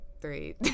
three